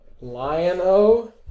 Lion-O